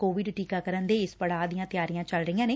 Covid ਟੀਕਾਕਰਨ ਦੇ ਇਸ ਪੜਾਅ ਦੀਆ ਤਿਆਰੀਆ ਚੱਲ ਰਹੀਆ ਨੇ